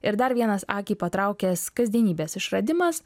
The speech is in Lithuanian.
ir dar vienas akį patraukęs kasdienybės išradimas